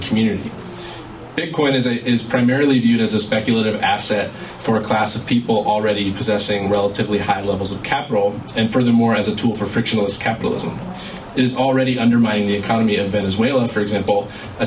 community bitcoin is primarily viewed as a speculative asset for a class of people already possessing relatively high levels of capital and furthermore as a tool for frictionless capitalism it is already undermining the economy of venezuela for example